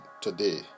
today